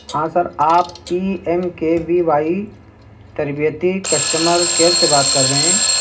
ہاں سر آپ P M K V Y تربیتی کسٹمر کیئر سے بات کر رہے ہیں